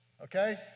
okay